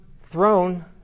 throne